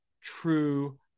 true